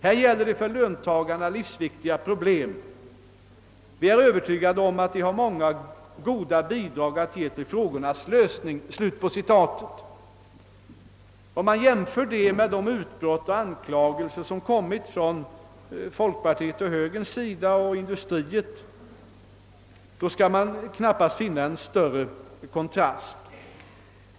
Här gäller det för löntagarna livsviktiga problem. Vi är övertygade om att de har många goda bidrag att ge till frågornas lösning.» Om man jämför detta med de utbrott och anklagelser som kommit från folkpartiets, högerns och industriens sida kan man knappast finna en större kontrast.